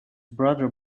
brother